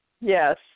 Yes